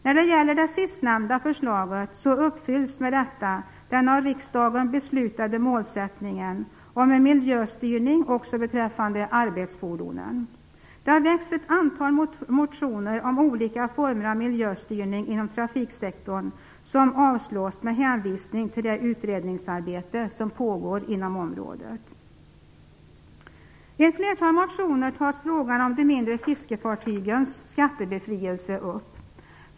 När det gäller det sistnämnda förslaget uppfylls med detta den av riksdagen beslutade målsättningen om en miljöstyrning också beträffande arbetsfordonen. Det har väckts ett antal motioner om olika former av miljöstyrning inom trafiksektorn som avslås med hänvisning till det utredningsarbete som pågår inom området. I ett flertal motioner tas upp frågan om de mindre fiskefartygens skattebefrielse.